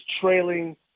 trailing